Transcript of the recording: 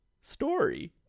story